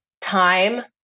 time